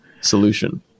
solution